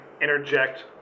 interject